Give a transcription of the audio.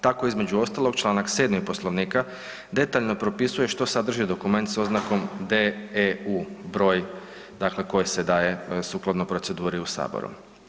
Tako između ostalog, čl. 7. Poslovnika detaljno propisuje što sadrži dokument s oznakom DEU, broj dakle koji se daje sukladno proceduri u Saboru.